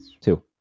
Two